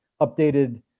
updated